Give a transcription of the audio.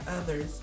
others